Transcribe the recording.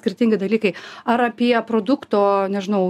skirtingi dalykai ar apie produkto nežinau